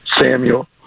Samuel